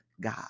God